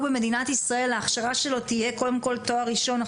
במדינת ישראל תהיה קודם כל תואר ראשון,